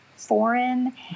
Foreign